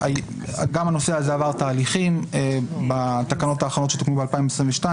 גם הנושא הזה עבר תהליכים בתקנות האחרונות שתוקנו ב-2022.